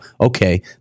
okay